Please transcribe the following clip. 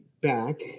back